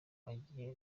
agiye